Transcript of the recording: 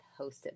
hosted